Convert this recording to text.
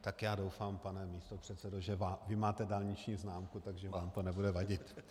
Tak já doufám, pane místopředsedo, že vy máte dálniční známku, takže vám to nebude vadit.